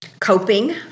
coping